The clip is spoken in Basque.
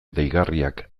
deigarriak